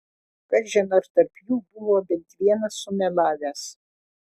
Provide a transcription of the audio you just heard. kažin ar tarp jų buvo bent vienas sumelavęs